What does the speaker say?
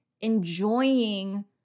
enjoying